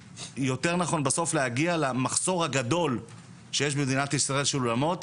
ובסוף להגיע למחסור הגדול שיש במדינת ישראל של אולמות,